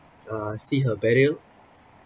uh see her burial